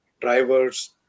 drivers